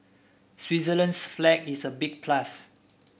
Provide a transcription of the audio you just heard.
Switzerland's flag is a big plus